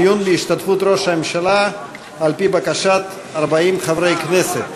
דיון בהשתתפות ראש הממשלה על-פי בקשת 40 חברי כנסת.